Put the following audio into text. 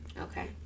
Okay